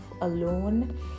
alone